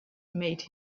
made